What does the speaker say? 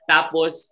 Tapos